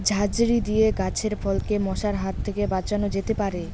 ঝাঁঝরি দিয়ে গাছের ফলকে মশার হাত থেকে বাঁচানো যেতে পারে?